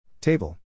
Table